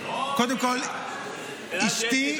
קודם כול, אשתי.